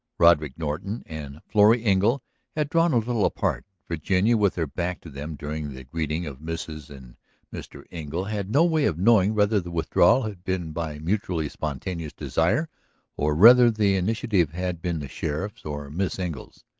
roderick norton and florrie engle had drawn a little apart virginia, with her back to them during the greeting of mrs. and mr. engle, had no way of knowing whether the withdrawal had been by mutually spontaneous desire or whether the initiative had been the sheriff's or miss engle's.